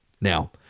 Now